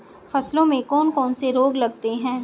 फसलों में कौन कौन से रोग लगते हैं?